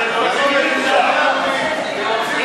אני לא רוצה להפריע לו, הוא חבר טוב.